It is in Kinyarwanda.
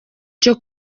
cyo